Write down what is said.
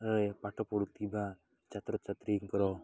ରେ ପାଠ ପଢ଼ୁଥିବା ଛାତ୍ରଛାତ୍ରୀଙ୍କର